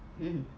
mm